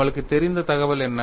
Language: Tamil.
நம்மளுக்குத் தெரிந்த தகவல் என்ன